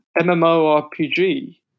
mmorpg